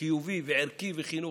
וחיובי וערכי וחינוכי: